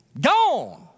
Gone